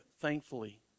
thankfully